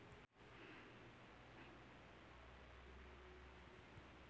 गेहूँ के लिए किस प्रजाति का बीज उत्तम रहेगा?